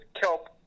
kelp